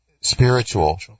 spiritual